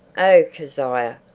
oh, kezia!